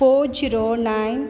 four zero nine